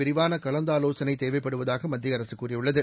விரிவான கலந்தாலோசனை தேவைப்படுவதாக மத்திய அரசு கூறியுள்ளது